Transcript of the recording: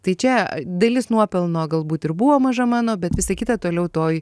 tai čia a dalis nuopelno galbūt ir buvo maža mano bet visa kita toliau toj